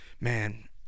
man